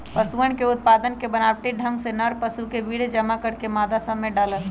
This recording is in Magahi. पशुअन के उत्पादन के बनावटी ढंग में नर पशु के वीर्य जमा करके मादा सब में डाल्ल